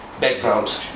background